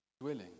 dwelling